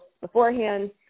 beforehand